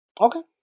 Okay